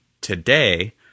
today